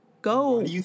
Go